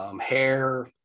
hair